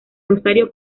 rosario